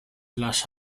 las